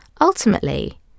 Ultimately